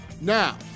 Now